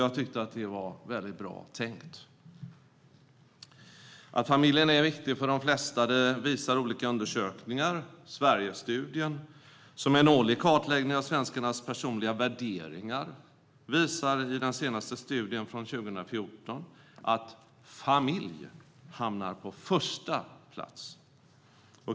Jag tyckte att det var väldigt bra tänkt. Att familjen är viktig för de flesta visar olika undersökningar. Sverigestudien, som är en årlig kartläggning av svenskarnas personliga värderingar, visar i den senaste studien från 2014 att "familj" hamnar på första plats.